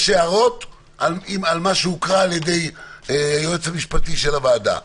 אם יש הערות על מה שהוקרא שהוכרה על ידי היועץ המשפטי של הוועדה,